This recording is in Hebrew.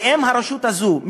ואם הרשות הזו,